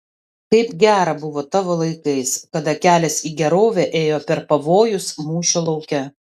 kaip gera buvo tavo laikais kada kelias į gerovę ėjo per pavojus mūšio lauke